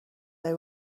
they